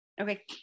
Okay